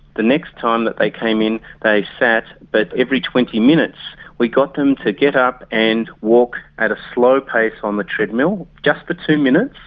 the next time that they came in they sat but every twenty minutes we got them to get up and walk at a slow pace on the treadmill, just for two minutes,